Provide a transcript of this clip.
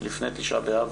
לפני תשעה באב,